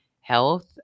health